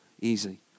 easy